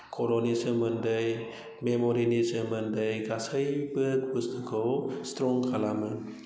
खर'नि सोमोन्दै मेम'रिनि सोमोन्दै गासैबो बुस्थुखौ स्ट्रं खालामो